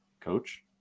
Coach